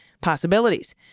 possibilities